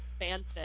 fanfic